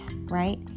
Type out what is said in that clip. right